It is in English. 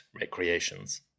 recreations